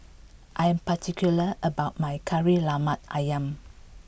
I am particular about my Kari Lemak Ayam